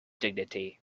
dignity